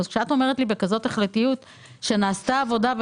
כשאת אומרת לי בכזאת החלטיות שנעשתה עבודה,